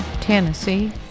Tennessee